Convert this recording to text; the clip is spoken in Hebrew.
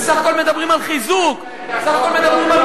בסך הכול מדברים על העצמה, על חיזוק, על פתיחה.